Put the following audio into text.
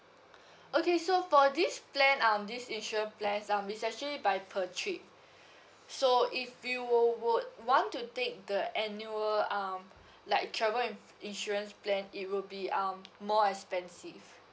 okay so for this plan um this insurance plan um is actually by per trip so if you wou~ would want to take the annual um like travel in~ insurance plan it will be um more expensive